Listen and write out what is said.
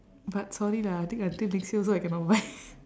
but sorry lah I think until next year also I cannot buy